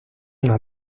una